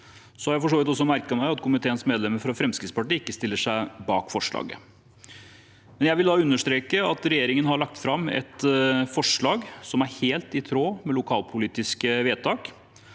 Jeg har merket meg at komiteens medlemmer fra Fremskrittspartiet ikke stiller seg bak forslaget. Jeg vil da understreke at regjeringen har lagt fram et forslag som er helt i tråd med lokalpolitiske vedtak.